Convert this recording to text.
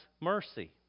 mercy